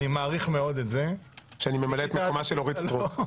אני מעריך מאוד את זה --- שאני ממלא את מקומה של אורית סטרוק?